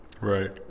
Right